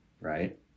right